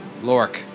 Lork